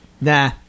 Nah